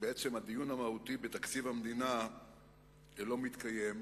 שהדיון המהותי בתקציב המדינה אינו מתקיים,